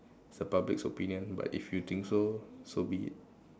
it's a public's opinion but if you think so so be it